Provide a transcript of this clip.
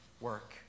work